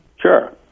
Sure